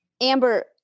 Amber